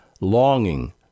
longing